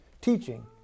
teaching